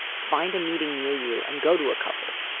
find a meeting near you and go to a couple.